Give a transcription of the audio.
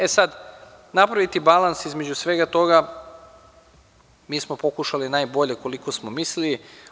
E sada, napraviti balans između svega toga mi smo pokušali najbolje koliko smo mogli.